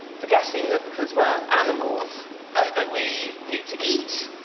forgetting that because we're animals and that we need to eat,